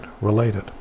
related